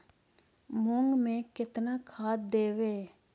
मुंग में केतना खाद देवे?